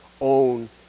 own